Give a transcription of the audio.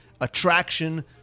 attraction